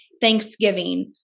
Thanksgiving